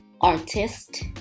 artist